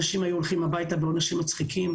פעם אנשים היו הולכים הביתה בעונשים מצחיקים.